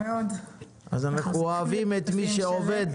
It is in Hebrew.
אנחנו אוהבים את מי שעובד.